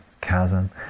chasm